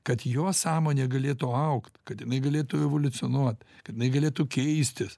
kad jo sąmonė galėtų augt kad jinai galėtų evoliucionuot jinai galėtų keistis